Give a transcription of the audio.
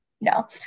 No